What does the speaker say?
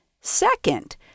Second